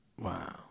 Wow